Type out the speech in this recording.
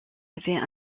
avait